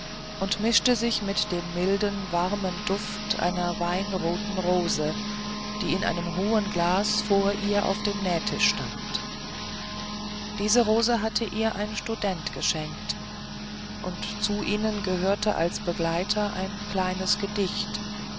und mischte sich mit dem milden warmen duft einiger weinroter rosen die in einem hohen glase vor ihr auf dem nähtisch standen diese rosen hatte ihr ein student geschenkt und zu ihnen gehörte als begleiter ein kleines gedicht